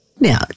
Now